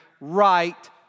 right